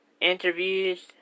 Interviews